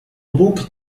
bóg